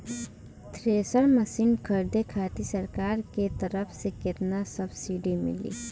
Thresher machine खरीदे खातिर सरकार के तरफ से केतना सब्सीडी मिली?